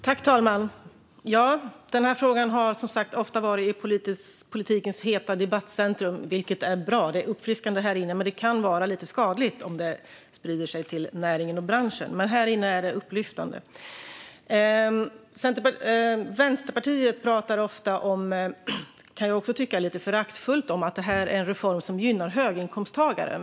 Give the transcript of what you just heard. Fru talman! Denna fråga har, som sagt, ofta varit i politikens heta debattcentrum. Det är bra, och det är uppfriskande här inne. Men det kan vara lite skadligt om det sprider sig till näringen och branschen. Men här inne är det upplyftande. Vänsterpartiet talar ofta om - lite föraktfullt, kan jag tycka - att detta är en reform som gynnar höginkomsttagare.